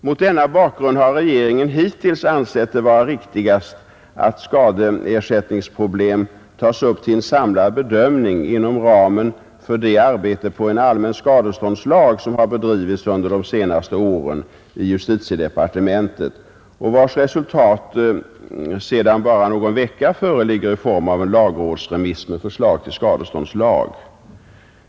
Mot denna bakgrund har regeringen hittills ansett det vara viktigast att skadeersättningsproblem tas upp till en samlad bedömning inom ramen för det arbete på en allmän skadeståndslag som har bedrivits under de senaste åren i justitiedepartementet och vars resultat sedan bara någon vecka föreligger i form av en lagrådsremiss med förslag till skadeståndslag.